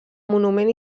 monument